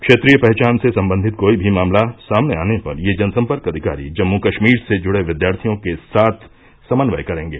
क्षेत्रीय पहचान से संबंधित कोई भी मामला सामने आने पर ये जनसंपर्क अधिकारी जम्मू कश्मीर से जुड़े विद्यार्थियों के साथ समन्वय करेंगे